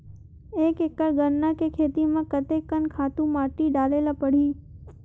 एक एकड़ गन्ना के खेती म कते कन खातु माटी डाले ल पड़ही?